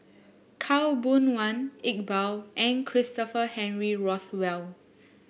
Khaw Boon Wan Iqbal and Christopher Henry Rothwell